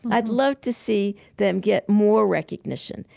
i'd love to see them get more recognition,